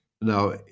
Now